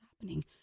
happening